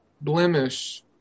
blemish –